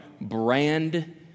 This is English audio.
brand